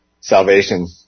salvation